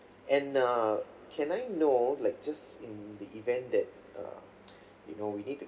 and err can I know like just in the event that uh you know we need to